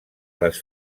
les